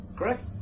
correct